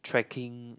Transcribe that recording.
trekking